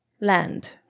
land